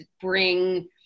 bring